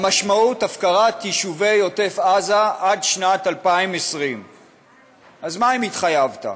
המשמעות: הפקרת יישובי עוטף עזה עד שנת 2020. אז מה אם התחייבת?